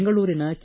ಬೆಂಗಳೂರಿನ ಕೆ